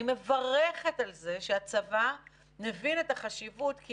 אני מברכת על זה שהצבא מבין את החשיבות כי